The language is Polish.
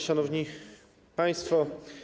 Szanowni Państwo!